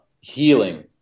healing